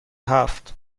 هفت